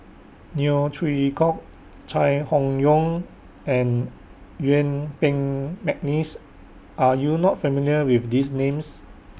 Neo Chwee Kok Chai Hon Yoong and Yuen Peng Mcneice Are YOU not familiar with These Names